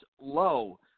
low